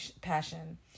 passion